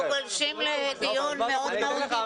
אנחנו גולשים לדיון מאוד מאוד חשוב.